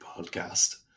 podcast